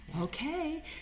Okay